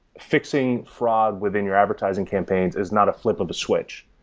fixing fraud within your advertising campaigns is not a flip of a switch.